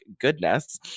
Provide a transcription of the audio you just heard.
goodness